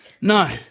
No